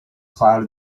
cloud